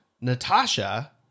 Natasha